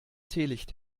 teelicht